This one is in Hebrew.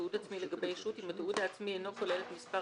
תיעוד עצמי לגבי ישות אף אם התיעוד העצמי אינו כולל את מספר